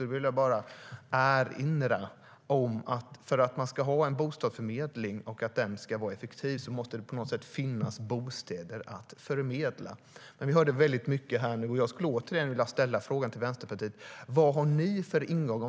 Jag vill bara erinra om att för att man ska ha en bostadsförmedling och för att den ska vara effektiv måste det på något sätt finnas bostäder att förmedla. Vi hörde väldigt mycket här nu. Jag skulle återigen vilja ställa frågan till Vänsterpartiet: Vad har ni för ingång?